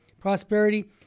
prosperity